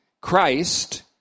Christ